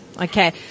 Okay